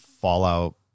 fallout